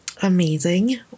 Amazing